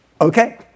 Okay